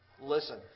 listen